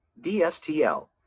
DSTL